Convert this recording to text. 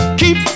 keep